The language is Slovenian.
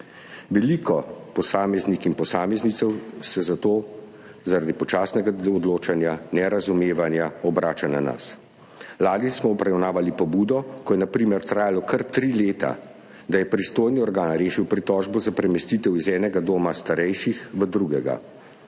Veliko posameznic in posameznikov se zato zaradi počasnega odločanja, nerazumevanja obrača na nas. Lani smo obravnavali pobudo, ko je na primer trajalo kar tri leta, da je pristojni organ rešil pritožbo za premestitev iz enega doma starejših v drugega.